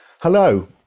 Hello